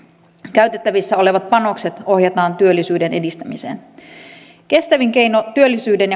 käytettävissä olevat panokset ohjataan työllisyyden edistämiseen kestävin keino työllisyyden